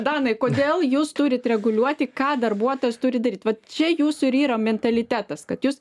danai kodėl jūs turit reguliuoti ką darbuotojas turi daryt vat čia jūsų ir yra mentalitetas kad jūs